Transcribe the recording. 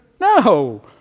No